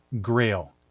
Grail